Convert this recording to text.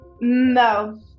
no